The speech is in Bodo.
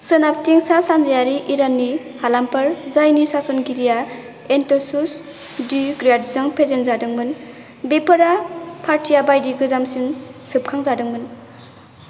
सोनाब थिं सा सानजायारि इराननि हालामफोर जायनि सासनगिरिया एन्ट'चुस डि ग्रेड जों फेजेनजादोंमोन बेफोरा पार्थिया बायदि गोजामसिम सोबखांजादोंमोन